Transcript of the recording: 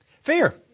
Fear